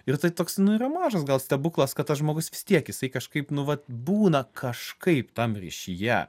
ir tai toks nu yra mažas gal stebuklas kad tas žmogus vis tiek jisai kažkaip nu vat būna kažkaip tam ryšyje